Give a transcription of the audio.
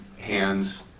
hands